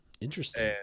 interesting